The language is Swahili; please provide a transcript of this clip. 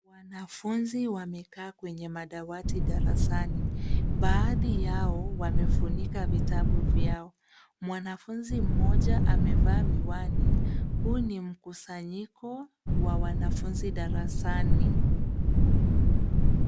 Wanafunzi wamekaa kwenye madawati darasani. Baadhi yao, wamefunika vitabu vyao. Mwanafunzi mmoja amevaa miwani. Huu ni mkusanyiko wa wanafunzi darasani.